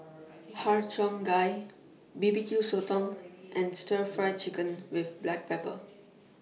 Har Cheong Gai B B Q Sotong and Stir Fry Chicken with Black Pepper